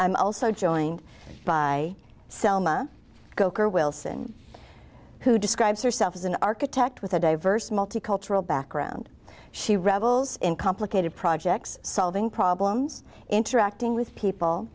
i'm also joined by selma coker wilson who describes herself as an architect with a diverse multicultural background she revels in complicated projects solving problems interacting with people